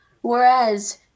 whereas